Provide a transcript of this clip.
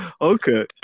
Okay